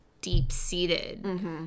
deep-seated